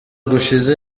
gushize